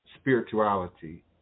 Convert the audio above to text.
spirituality